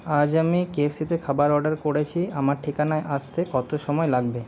আজ আমি K F সিতে খাবার অর্ডার করেছি আমার ঠিকানায় আসতে কত সময় লাগবে